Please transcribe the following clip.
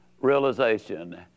realization